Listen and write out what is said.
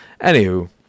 Anywho